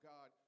God